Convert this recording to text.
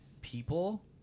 people